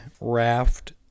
raft